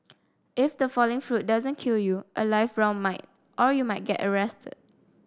if the falling fruit doesn't kill you a live round might or you might get arrested